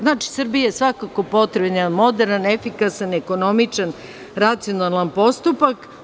Znači, Srbiji je svakako potreban jedan moderan, efikasan, ekonomičan, racionalan postupak.